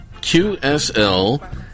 qsl